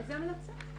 איזו המלצה?